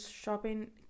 shopping